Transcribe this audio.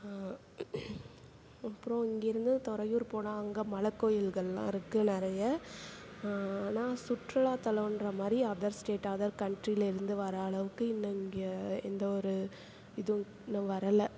அப்புறோம் இங்கேருந்து தொறையூர் போனால் அங்கே மலை கோவில்களெலாம் இருக்குது நிறைய ஆனால் சுற்றுலா தலோன்கிற மாதிரி அதர் ஸ்டேட் அதர் கண்ட்ரிலேருந்து வர்ற அளவுக்கு இன்னும் இங்கே எந்த ஒரு இதுவும் இன்னும் வரலை